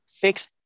Fix